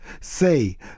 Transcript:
Say